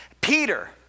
Peter